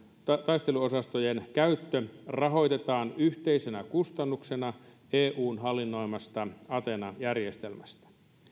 taisteluosastojen käyttö rahoitetaan yhteisenä kustannuksena eun hallinnoimasta athena järjestelmästä